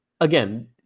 again